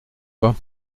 pas